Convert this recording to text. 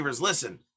Listen